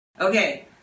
okay